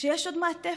שיש עוד מעטפת,